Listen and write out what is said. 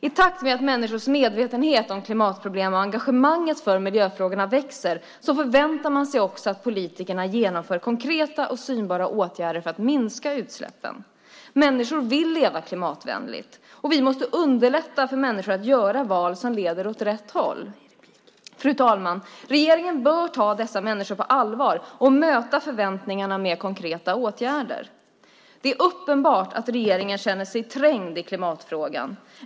I takt med att människors medvetenhet om klimatproblem och engagemanget för miljöfrågorna växer förväntar man sig också att politikerna genomför konkreta och synbara åtgärder för att minska utsläppen. Människor vill leva klimatvänligt, och vi måste underlätta för människor att göra val som leder åt rätt håll. Fru talman! Regeringen bör ta dessa människor på allvar och möta förväntningarna med konkreta åtgärder. Det är uppenbart att regeringen känner sig trängd i klimatfrågan.